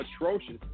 atrocious